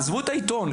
עזבו את העיתון.